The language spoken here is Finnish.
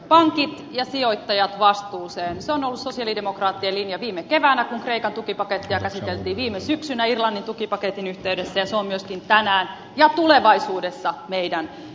pankit ja sijoittajat vastuuseen se on ollut sosialidemokraattien linja viime keväänä kun kreikan tukipakettia käsiteltiin viime syksynä irlannin tukipaketin yhteydessä ja se on myöskin tänään ja tulevaisuudessa meidän ehtomme